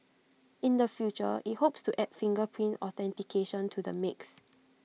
in the future IT hopes to add fingerprint authentication to the mix